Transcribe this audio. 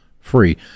free